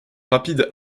rapides